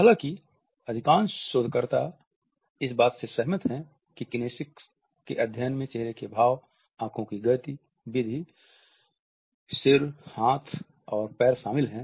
हालांकि अधिकांश शोधकर्ता इस बात से सहमत हैं कि किनेसिक्स के अध्ययन में चेहरे के भाव आंखों की गति विधि सिर हाथ हाथ और पैर शामिल हैं